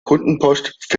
kundenpost